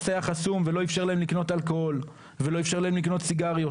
היה חסום ולא איפשר להם לקנות אלכוהול ולא איפשר להם לקנות סיגריות.